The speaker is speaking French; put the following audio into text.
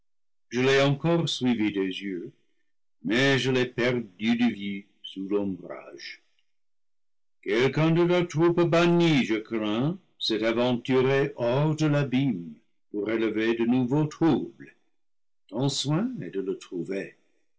je l'ai encore suivi des yeux mais je l'ai perdu de vue sous l'ombrage quelqu'un de la troupe ban nie je crains s'est aventuré hors de l'abîme pour élever de nouveaux troubles ton soin est de le trouver